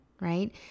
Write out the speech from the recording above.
right